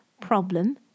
problem